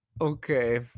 Okay